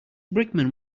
brickman